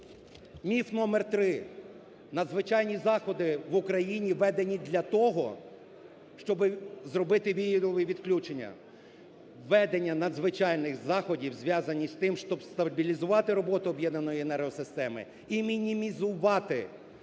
Міф номер три. Надзвичайні заходи в Україні введені для того, щоб зробити вієрові відключення. Введення надзвичайних заходів зв'язані з тим, щоб стабілізувати роботу об'єднаної енергосистеми і мінімізувати вієрові